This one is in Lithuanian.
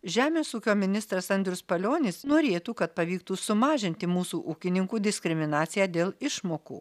žemės ūkio ministras andrius palionis norėtų kad pavyktų sumažinti mūsų ūkininkų diskriminaciją dėl išmokų